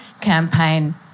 campaign